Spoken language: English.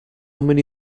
many